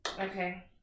Okay